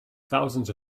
thousands